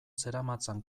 zeramatzan